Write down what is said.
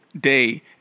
day